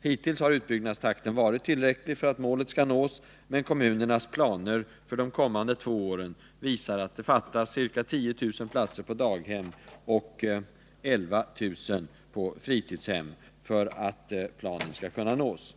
Hittills har utbyggnadstakten varit tillräcklig för att målet skall nås, men kommunernas planer för de kommande två åren visar att det fattas ca 10 000 platser på daghem och 11 000 på fritidshem för att planen skall kunna fullföljas.